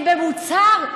הם במוצהר,